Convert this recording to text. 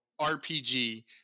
RPG